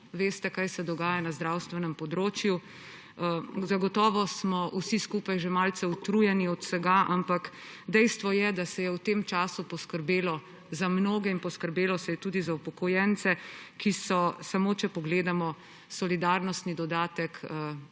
Veste, kaj se dogaja na zdravstvenem področju, zagotovo smo vsi skupaj že malce utrujeni od vsega, ampak dejstvo je, da se je v tem času poskrbelo za mnoge, in poskrbelo se je tudi za upokojence, ki so, če pogledamo samo solidarnostni dodatek,